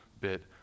bit